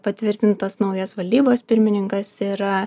patvirtintas naujas valdybos pirmininkas ir